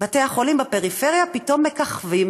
בתי החולים בפריפריה פתאום מככבים